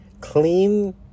clean